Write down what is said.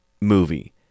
movie